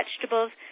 vegetables